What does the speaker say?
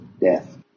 death